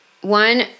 One